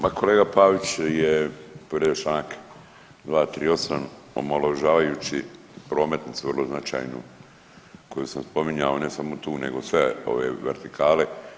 Ma kolega Pavić je povrijedio Članak 238., omalovažavajući prometnicu vrlo značajnu koju sam spominjao, ne samo tu nego sve ove vertikale.